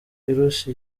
irusha